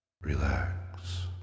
Relax